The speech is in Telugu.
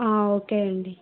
ఓకే అండి